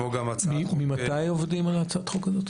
כמו גם הצעה --- ממתי עובדים על הצעת החוק הזאת?